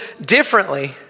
differently